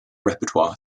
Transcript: repertoire